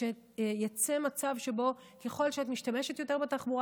ושיצא מצב שבו ככל שאת משתמשת יותר בתחבורה